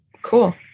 Cool